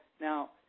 now